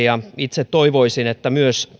ja itse toivoisin että myös